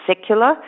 secular